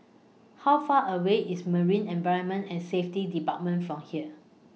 How Far away IS Marine Environment and Safety department from here